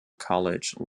college